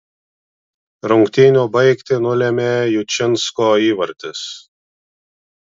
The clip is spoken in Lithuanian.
rungtynių baigtį nulėmė jučinsko įvartis